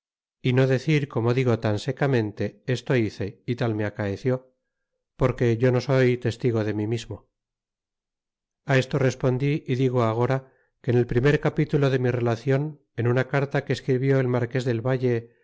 y no decir como digo tan secamente esto hice y tal me acaeció porque yo no soy testigo de mí mismo a esto respondí y digo agora que en el primer capítulo de mi relacion en una carta que escribió el marques del valle